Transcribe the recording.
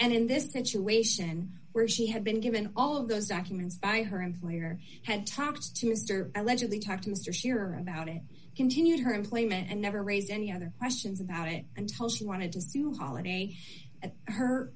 and in this situation where she had been given all of those documents by her employer had talked to mr allegedly talked to mr scherer about it continued her employment and never raised any other questions about it until she wanted to holiday at her